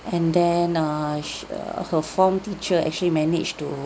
and then err she uh her form teacher actually managed to